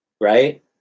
right